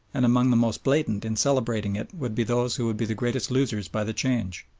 and among the most blatant in celebrating it would be those who would be the greatest losers by the change.